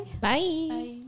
bye